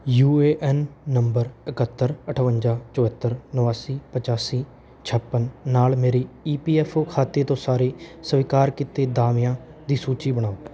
you A N number ਇਕਹੱਤਰ ਅਠਵੰਜਾ ਚੁਹੱਤਰ ਉਨਾਸੀ ਪਚਾਸੀ ਛੰਪਨ ਨਾਲ ਮੇਰੇ ਈ ਪੀ ਐਫ ਓ ਖਾਤੇ ਤੋਂ ਸਾਰੇ ਸਵੀਕਾਰ ਕੀਤੇ ਦਾਅਵਿਆਂ ਦੀ ਸੂਚੀ ਬਣਾਓ